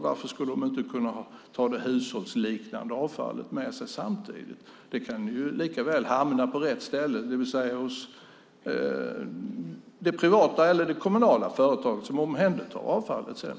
Varför skulle de inte kunna ta det hushållsliknande avfallet med sig samtidigt? Det kan likaväl hamna på rätt ställe, det vill säga hos det privata eller det kommunala företag som omhändertar avfallet sedan.